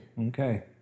Okay